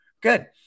Good